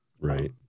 right